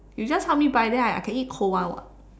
you just help me buy then I I can eat cold [one] [what]